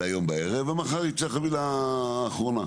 להיום בערב, ומחר תצא חבילה אחרונה.